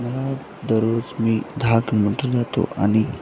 मला दररोज मी दहा किलोमीटर जातो आणि